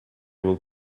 will